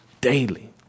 daily